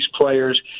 players